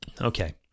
Okay